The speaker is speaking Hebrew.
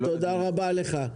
תודה רבה לך.